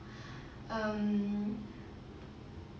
um